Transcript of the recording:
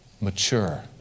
mature